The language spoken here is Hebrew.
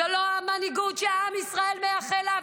זו לא המנהיגות שעם ישראל מייחל לה,